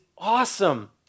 awesome